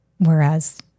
Whereas